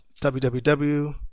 www